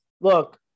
Look